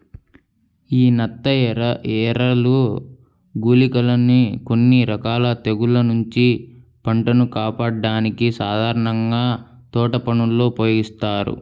యీ నత్తఎరలు, గుళికలని కొన్ని రకాల తెగుల్ల నుంచి పంటను కాపాడ్డానికి సాధారణంగా తోటపనుల్లో ఉపయోగిత్తారు